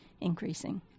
increasing